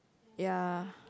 ya